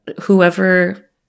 whoever